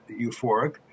euphoric